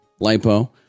LiPo